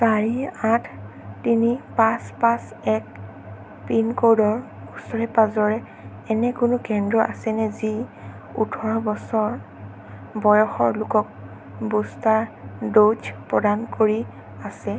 চাৰি আঠ তিনি পাঁচ পাঁচ এক পিনক'ডৰ ওচৰে পাঁজৰে এনে কোনো কেন্দ্ৰ আছেনে যি ওঠৰ বছৰ বয়সৰ লোকক বুষ্টাৰ ড'জ প্ৰদান কৰি আছে